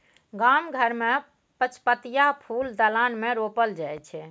गाम घर मे पचपतिया फुल दलान मे रोपल जाइ छै